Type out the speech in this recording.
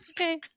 Okay